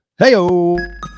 Heyo